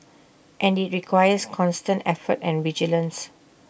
and IT requires constant effort and vigilance